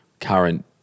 current